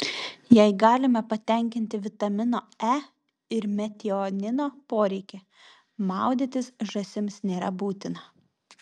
jei galime patenkinti vitamino e ir metionino poreikį maudytis žąsims nėra būtina